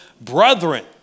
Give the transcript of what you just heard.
brethren